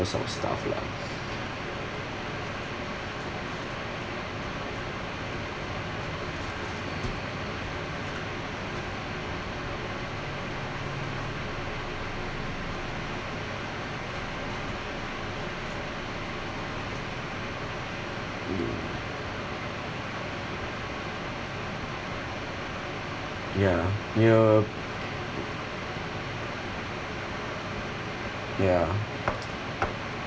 sort of stuff lah